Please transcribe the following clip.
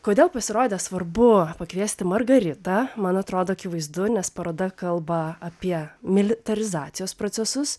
kodėl pasirodė svarbu pakviesti margaritą man atrodo akivaizdu nes paroda kalba apie militarizacijos procesus